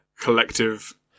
collective